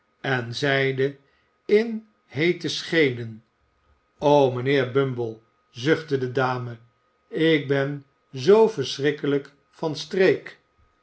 en zeide in heete scheenen o mijnheer bumble zuchtte de dame ik ben zoo verschrikkelijk van streek